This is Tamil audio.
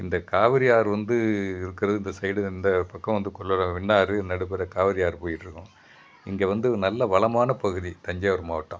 இந்த காவேரி ஆறு வந்து இருக்கிறது இந்த சைடு இந்த பக்கம் வந்து கொள்ளவு வென்டாறு நடுப்பற காவேரி ஆறு போயிட்டுருக்கும் இங்கே வந்து நல்ல வளமான பகுதி தஞ்சாவூர் மாவட்டம்